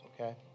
okay